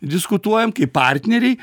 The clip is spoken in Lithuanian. diskutuojam kaip partneriai